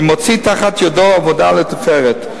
ומוציא מתחת ידו עבודה לתפארת.